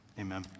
amen